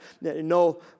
no